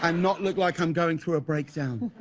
and not look like i'm going through a break down.